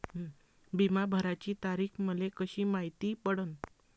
बिमा भराची तारीख मले कशी मायती पडन?